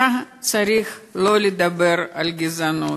אתה צריך לא לדבר על גזענות,